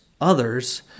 others